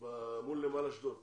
מול נמל אשדוד.